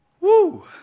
woo